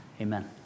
Amen